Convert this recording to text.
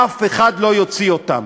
אף אחד לא יוציא אותם.